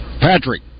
Patrick